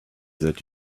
that